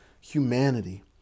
humanity